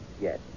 Yes